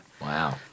Wow